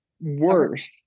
worse